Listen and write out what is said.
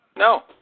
No